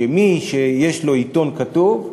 שמי שיש לו עיתון כתוב,